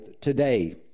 today